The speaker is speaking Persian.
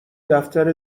دفتر